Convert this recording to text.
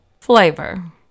flavor